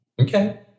okay